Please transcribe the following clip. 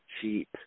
cheap